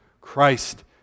Christ